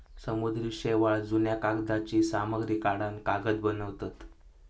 समुद्री शेवाळ, जुन्या कागदांची सामग्री काढान कागद बनवतत